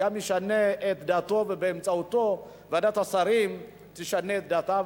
גם ישנה את דעתו ובאמצעותו ועדת השרים תשנה את דעתה.